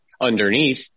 underneath